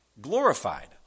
glorified